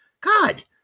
God